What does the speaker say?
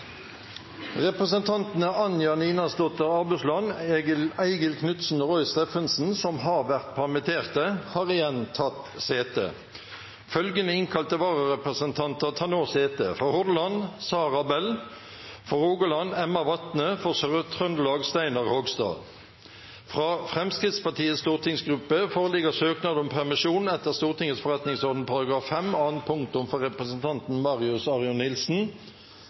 Representantene Anja Ninasdotter Abusland , Eigil Knutsen og Roy Steffensen , som har vært permittert, har igjen tatt sete. Følgende innkalte vararepresentanter tar nå sete: For Hordaland: Sara Bell For Rogaland: Emma Watne For Sør-Trøndelag: Steinar Krogstad Fra Fremskrittspartiets stortingsgruppe foreligger søknad om permisjon etter Stortingets forretningsorden § 5 annet punktum for representanten Marius Arion Nilsen